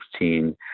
2016